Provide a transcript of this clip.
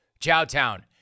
Chowtown